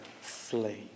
flee